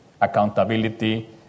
accountability